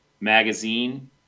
magazine